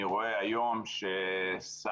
אני רואה היום ששר,